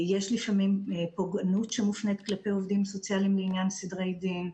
יש לפעמים פוגענות שמופנית כלפי עובדים סוציאליים לעניין סדרי דין,